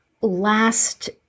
last